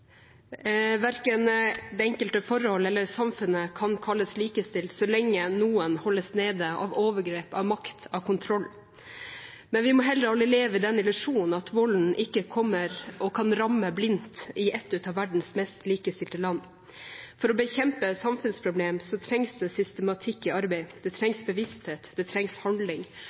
Verken det enkelte forhold eller samfunnet kan kalles likestilt så lenge noen holdes nede av overgrep, av makt, av kontroll. Men vi må heller aldri leve i den illusjonen at volden ikke kommer og kan ramme blindt i et av verdens mest likestilte land. For å bekjempe samfunnsproblem trengs det systematikk i arbeidet, det trengs bevissthet, det trengs handling.